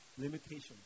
limitations